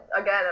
again